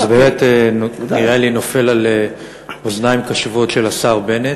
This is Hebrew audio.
זה באמת נראה לי נופל על אוזניים קשובות של השר בנט,